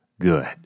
good